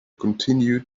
continue